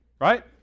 Right